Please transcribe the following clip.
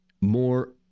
more